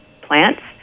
plants